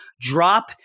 drop